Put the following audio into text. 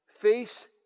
face